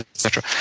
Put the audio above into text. etc,